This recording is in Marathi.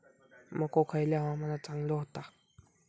मको खयल्या हवामानात चांगलो होता?